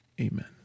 Amen